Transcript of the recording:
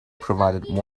provided